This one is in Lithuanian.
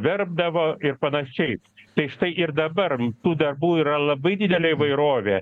verpdavo ir panašiai tai štai ir dabar tų darbų yra labai didelė įvairovė